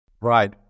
Right